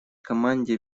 команде